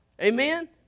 Amen